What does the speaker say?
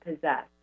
possess